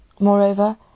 Moreover